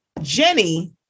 Jenny